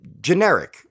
generic